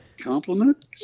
compliment